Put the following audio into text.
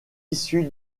issu